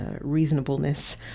reasonableness